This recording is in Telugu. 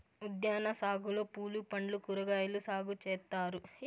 ఉద్యాన సాగులో పూలు పండ్లు కూరగాయలు సాగు చేత్తారు